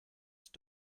ist